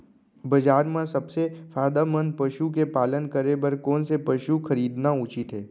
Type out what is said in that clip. बजार म सबसे फायदामंद पसु के पालन करे बर कोन स पसु खरीदना उचित हे?